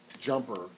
jumper